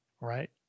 Right